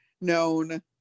known